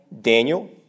Daniel